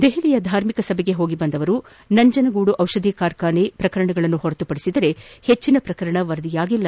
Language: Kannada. ದೆಹಲಿಯ ಧಾರ್ಮಿಕ ಸಭೆಗೆ ಹೋಗಿಬಂದವರು ನಂಜನಗೂಡಿನ ದಿಷಧಿ ಕಾರ್ಖಾನೆ ಪ್ರಕರಣಗಳನ್ನು ಹೊರತುಪಡಿಸಿದರೆ ಹೆಚ್ಚಿನ ಪ್ರಕರಣ ವರದಿಯಾಗಿಲ್ಲ